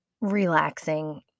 relaxing